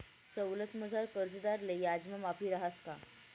सवलतमझार कर्जदारले याजमा माफी रहास का?